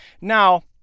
Now